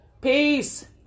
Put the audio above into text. Peace